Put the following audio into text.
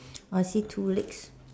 I see two legs